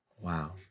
wow